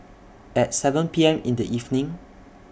At seven P M in The evening